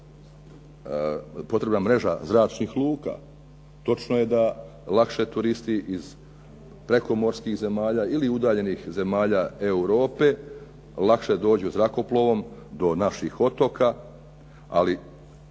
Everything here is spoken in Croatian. potrebna mreža zračnih luka, točno je da lakše turisti iz prekomorskih zemalja ili udaljenih zemalja Europe lakše dođu zrakoplovom do naših otoka ali